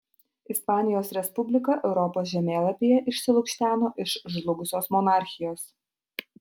ispanijos respublika europos žemėlapyje išsilukšteno iš žlugusios monarchijos